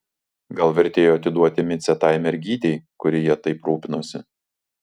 gal vertėjo atiduoti micę tai mergytei kuri ja taip rūpinosi